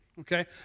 okay